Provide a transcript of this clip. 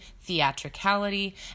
theatricality